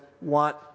want